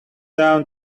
down